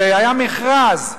והיה מכרז,